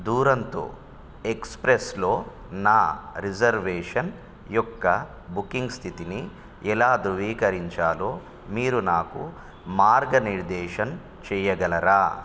డ్యూరంటో ఎక్స్ప్రెస్లో నా రిజర్వేషన్ యొక్క బుకింగ్ స్థితిని ఎలా ధృవీకరించాలో మీరు నాకు మార్గనిర్దేశం చేయగలరా